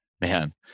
Man